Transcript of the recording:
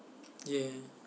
yes